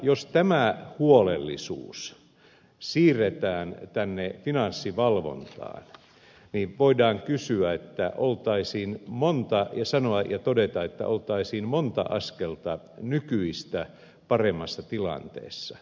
jos tämä huolellisuus siirretään tänne finanssivalvontaan niin voidaan sanoa ja todeta että oltaisiin monta askelta nykyistä paremmassa tilanteessa